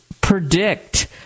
predict